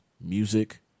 music